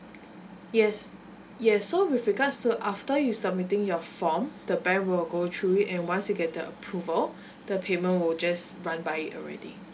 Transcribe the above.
yes yes so with regards so after you submitting your form the bank will go through it and once you get the approval the payment will just run by it already